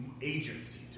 agency